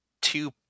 two